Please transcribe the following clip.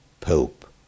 pope